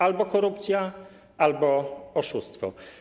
Albo korupcja, albo oszustwo.